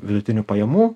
vidutinių pajamų